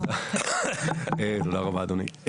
תודה רבה, אדוני.